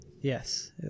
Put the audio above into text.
Yes